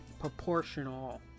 proportional